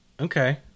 Okay